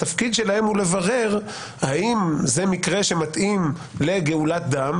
התפקיד שלה הוא לברר האם זה מקרה שמתאים לגאולת דם,